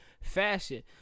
fashion